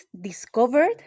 discovered